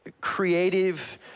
creative